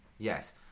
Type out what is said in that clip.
yes